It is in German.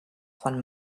von